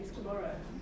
tomorrow